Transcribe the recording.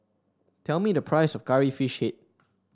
tell me the price of Curry Fish Head